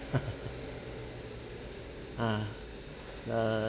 ah err